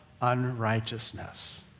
unrighteousness